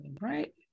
Right